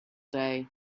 day